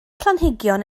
planhigion